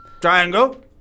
Triangle